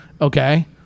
okay